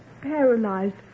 paralyzed